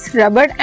rubber